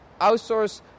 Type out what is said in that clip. outsource